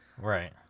Right